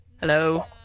hello